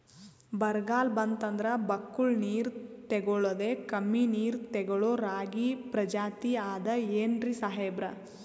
ಬರ್ಗಾಲ್ ಬಂತಂದ್ರ ಬಕ್ಕುಳ ನೀರ್ ತೆಗಳೋದೆ, ಕಮ್ಮಿ ನೀರ್ ತೆಗಳೋ ರಾಗಿ ಪ್ರಜಾತಿ ಆದ್ ಏನ್ರಿ ಸಾಹೇಬ್ರ?